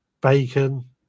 bacon